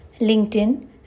LinkedIn